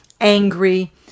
angry